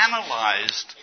analyzed